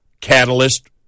catalyst